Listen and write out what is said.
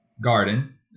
Garden